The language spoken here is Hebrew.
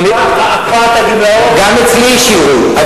הקפאת הגמלאות, גם אצלי השאירו.